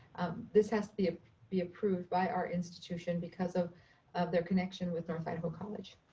this has to be ah be approved by our institution because of of their connection with north idaho college.